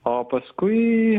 o paskui